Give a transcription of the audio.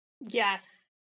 Yes